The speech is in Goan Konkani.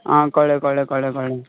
आं कळ्ळें कळ्ळें कळ्ळें कळ्ळें